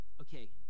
Okay